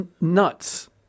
nuts